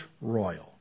royal